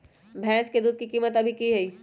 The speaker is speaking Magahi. भैंस के दूध के कीमत अभी की हई?